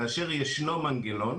כאשר ישנו מנגנון